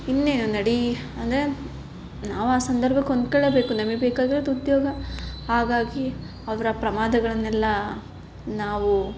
ಇನ್ನೇನು ನಡೆ ಅಂದರೆ ನಾವು ಆ ಸಂದರ್ಭಕ್ಕೆ ಹೊಂದಿಕೊಳ್ಳೇಬೇಕು ನಮಗೆ ಬೇಕಾಗಿರೋದು ಉದ್ಯೋಗ ಹಾಗಾಗಿ ಅವರ ಪ್ರಮಾದಗಳನ್ನೆಲ್ಲ ನಾವು